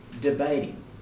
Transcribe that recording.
debating